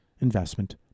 investment